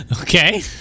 okay